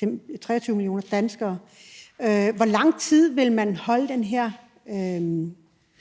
doser vaccine til danskerne. Hvor lang tid vil man holde den her